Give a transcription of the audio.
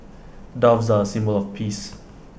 doves are A symbol of peace